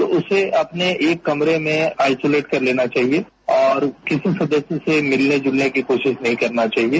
तो उसे अपने एक कमरे में आइसोलेट कर लेना चाहिए और किसी सदस्य से मिलने जुलने की कोशिश नहीं करना चाहिए